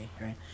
right